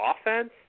offense